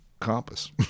compass